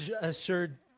assured